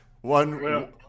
one